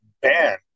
ban